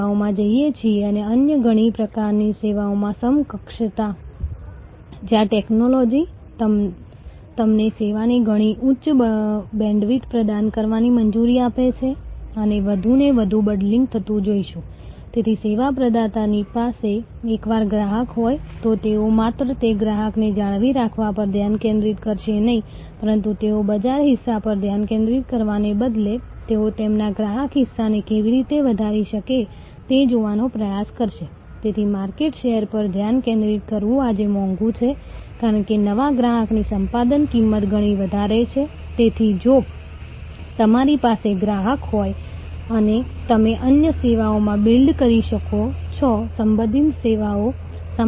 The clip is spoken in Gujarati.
તેથી જો તમે ક્રેડિટ કાર્ડના વ્યવસાયમાં છો જો તમે મોબાઇલ ટેલિફોનના વ્યવસાયમાં છો જો તમે ઉચ્ચ નેટવર્થ વ્યક્તિગત માટે સંબંધ બેંકિંગના વ્યવસાયમાં છો તો આ બધા કિસ્સાઓમાં લાંબા ગાળાના સંબંધો નિર્ણાયક છે અને જીવન સમયનું મૂલ્ય ગ્રાહકની રકમ સામાન્ય રીતે વ્યવહારિક મૂલ્ય કરતાં ઘણી વધારે હોય છે